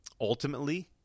Ultimately